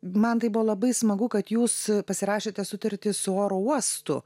man tai buvo labai smagu kad jūs pasirašėte sutartį su oro uostu